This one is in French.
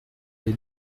ces